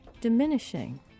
diminishing